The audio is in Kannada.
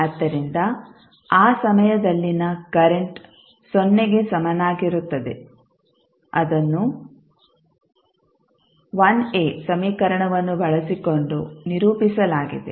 ಆದ್ದರಿಂದ ಆ ಸಮಯದಲ್ಲಿನ ಕರೆಂಟ್ ಸೊನ್ನೆಗೆ ಸಮನಾಗಿರುತ್ತದೆ ಆದನ್ನು ಸಮೀಕರಣವನ್ನು ಬಳಸಿಕೊಂಡು ನಿರೂಪಿಸಲಾಗಿದೆ